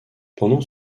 pendant